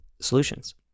solutions